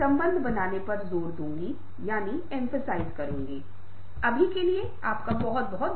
हमारे साथ रहने के लिए धन्यवाद इन 8 हफ्तों में इस पाठ्यक्रम के साथ रहने के लिए धन्यवाद